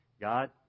God